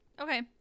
okay